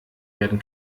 werden